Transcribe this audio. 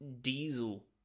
diesel